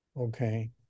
Okay